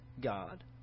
God